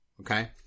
Okay